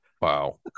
Wow